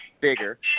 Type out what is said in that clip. bigger